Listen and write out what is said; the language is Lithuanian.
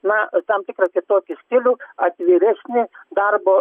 na tam tikrą kitokį stilių atviresnį darbo